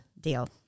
Deal